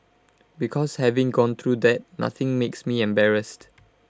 because having gone through that nothing makes me embarrassed